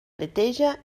neteja